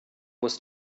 muss